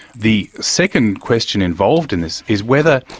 the second question involved in this is whether,